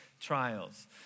trials